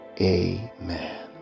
amen